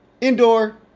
Indoor